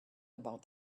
about